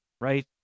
right